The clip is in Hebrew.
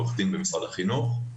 עו"ד במשרד החינוך.